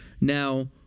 Now